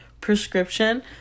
prescription